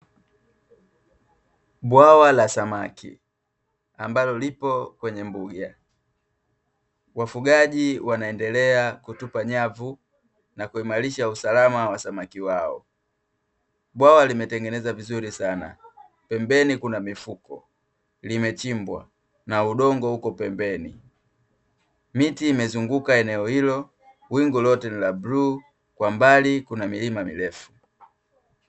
Bwawa la samaki ambalo lipo kwenye mbuga. Wafugaji wanaendelea kutupa nyavu na kuimarisha usalama wa samaki wao. Bwawa limetengeneza vizuri sana, pembeni kuna mifuko, limechimbwa na udongo uko pembeni. Miti imezunguka eneo hilo, wingu lote ni la bluu, kwa mbali kuna milima mirefu.